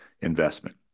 investment